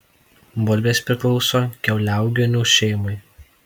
bulvės priklauso kiauliauoginių šeimai